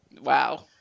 Wow